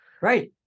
Right